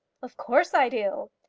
of course i do.